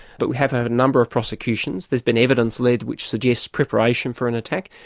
but we have had a number of prosecutions, there's been evidence led which suggests preparation for an attack,